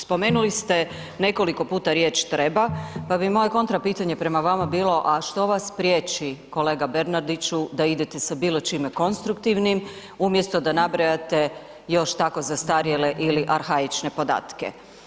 Spomenuli ste nekoliko puta riječ treba, pa bi moje kontra pitanje prema vama bilo, a što vas prijeći kolega Bernardiću da idete sa bilo čime konstruktivnim umjesto da nabrajate još tako zastarjele ili arhaične podatke.